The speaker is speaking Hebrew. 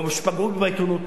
או שפגעו בי בעיתונות.